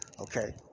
Okay